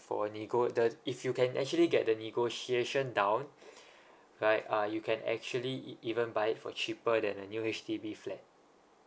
for uh nego does if you can actually get the negotiation down right uh you can actually e~ even buy it for cheaper than a new H_D_B flat